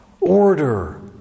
order